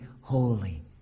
holy